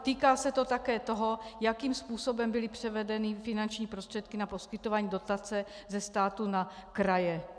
Týká se to také toho, jakým způsobem byly převedeny finanční prostředky na poskytování dotace ze státu na kraje.